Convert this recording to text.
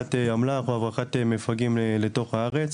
הברחת אמל"ח או הברחת מפגעים לתוך הארץ.